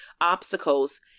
obstacles